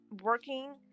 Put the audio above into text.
working